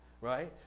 right